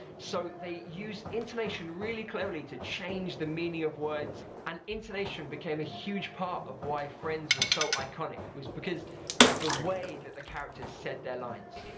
so they use intonation really cleverly to change the meaning of words and intonation became a huge part of why friends was so iconic. it was because of the way that the characters said their lines.